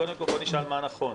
קודם כול בואו נשאל מה נכון,